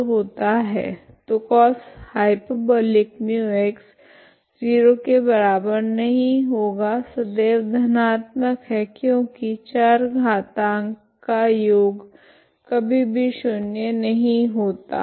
तो cosh μx ≠0 सदैव धनात्मक है क्योकि चारघातांक का योग कभी भी शून्य नहीं होता